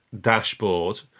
dashboard